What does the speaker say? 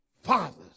Fathers